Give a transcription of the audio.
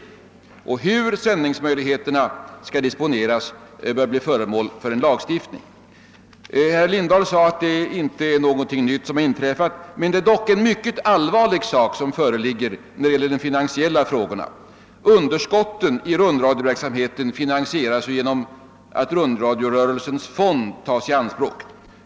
Hur sändningsmöjligheterna skall disponeras bör bli föremål för lagstiftning. Herr Lindahl sade att ingenting nytt har inträffat, men det är dock en mycket allvarlig sak som föreligger när det gäller finansieringen. Underskotten i rundradioverksamheten finansieras genom att rundradiorörelsens fond tas i anspråk.